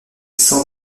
sans